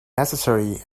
necessary